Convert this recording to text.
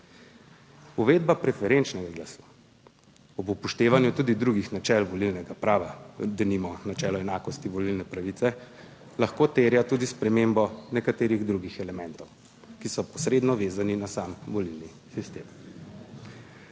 Uvedba preferenčnega glasu ob upoštevanju tudi drugih načel volilnega prava, kot denimo načelo enakosti volilne pravice, lahko terja tudi spremembo nekaterih drugih elementov, ki so posredno vezani na sam volilni sistem.